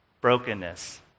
brokenness